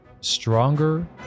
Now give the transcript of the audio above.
stronger